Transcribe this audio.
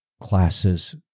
classes